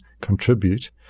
contribute